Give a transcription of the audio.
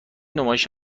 نمایش